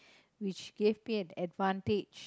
which gave me an advantage